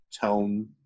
tone